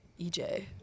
EJ